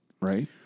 right